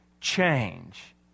change